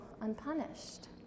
unpunished